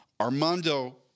Armando